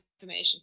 information